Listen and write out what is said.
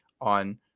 on